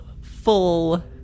full